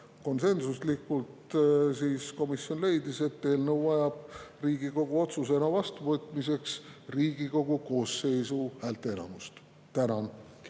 konsensuslikult leidis komisjon, et eelnõu vajab Riigikogu otsusena vastuvõtmiseks Riigikogu koosseisu häälteenamust. Tänan!